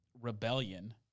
rebellion